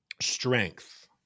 strength